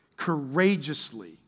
courageously